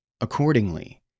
Accordingly